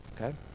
okay